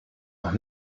noch